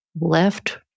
left